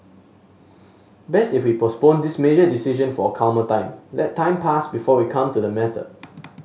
best if we postponed this major decision for a calmer time let time pass before we come to the matter